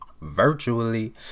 virtually